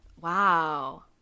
Wow